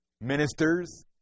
ministers